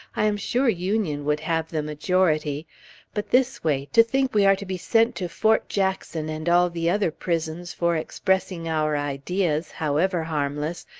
i am sure union would have the majority but this way, to think we are to be sent to fort jackson and all the other prisons for expressing our ideas, however harmless,